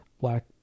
black